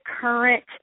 current